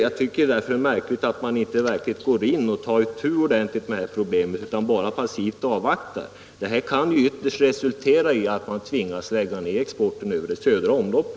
Jag tycker därför att det är märkligt att man inte verkligen går in och tar itu ordentligt med problemet utan bara passivt avvaktar. Det kan ytterst resultera i att man tvingas lägga ned exporten över det södra omloppet.